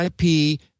IP